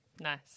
Nice